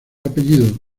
apellido